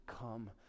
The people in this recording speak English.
come